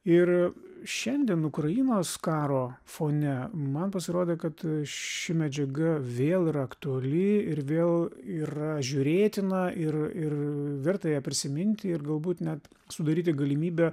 ir šiandien ukrainos karo fone man pasirodė kad ši medžiaga vėl yra aktuali ir vėl yra žiūrėtina ir ir verta ją prisiminti ir galbūt net sudaryti galimybę